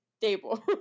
stable